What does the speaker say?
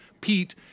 Pete